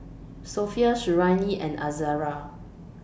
Sofea Suriani and Izara